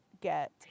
get